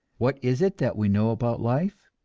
what is it that we know about life?